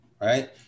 right